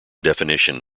definition